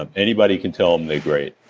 um anybody can tell them they're great.